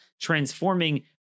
transforming